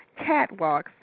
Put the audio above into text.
catwalks